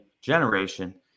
generation